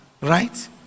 Right